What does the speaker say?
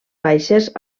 baixes